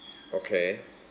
okay